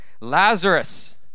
Lazarus